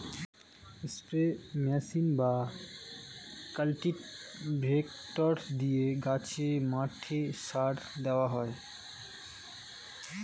spray machine বা cultivator দিয়ে গাছে, মাঠে সার দেওয়া হয়